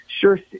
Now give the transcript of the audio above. Sure